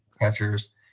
catchers